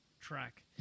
track